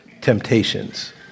temptations